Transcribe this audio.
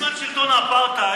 מתי בזמן שלטון האפרטהייד,